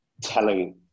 telling